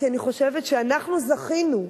כי אני חושבת שאנחנו זכינו,